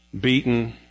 beaten